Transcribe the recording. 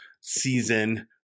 season